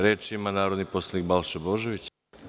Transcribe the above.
Reč ima narodni poslanik Balša Božović.